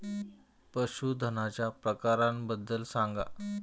पशूधनाच्या प्रकारांबद्दल सांगा